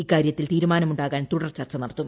ഇക്കാര്യത്തിൽ തീരുമാനം ഉണ്ടാകാൻ തുടർ ്ചിർച്ച നടത്തും